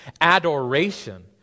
adoration